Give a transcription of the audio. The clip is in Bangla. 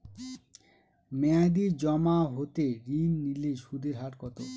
মেয়াদী জমা হতে ঋণ নিলে সুদের হার কত?